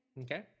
Okay